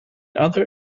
other